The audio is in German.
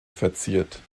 verziert